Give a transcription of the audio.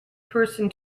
person